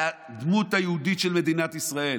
על הדמות היהודית של מדינת ישראל.